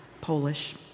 Polish